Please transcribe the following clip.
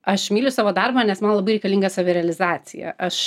aš myliu savo darbą nes man labai reikalinga savirealizacija aš